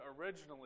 originally